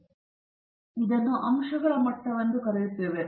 ಆದ್ದರಿಂದ ನಾವು ಇದನ್ನು ಅಂಶಗಳ ಮಟ್ಟವೆಂದು ಕರೆಯುತ್ತೇವೆ